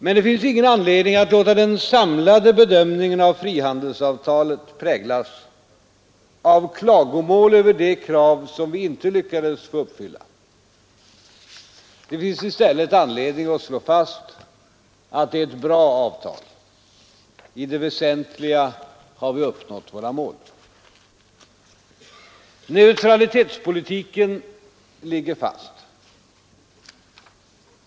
Men det finns ingen anledning att låta den samlade bedömningen av frihandelsavtalet präglas av klagomål över de krav som vi inte lyckats få uppfyllda. Det finns i stället anledning att slå fast att det är ett bra avtal. I det väsentliga har vi uppnått våra mål. Neutralitetspolitiken ligger fast.